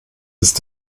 ist